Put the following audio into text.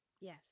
Yes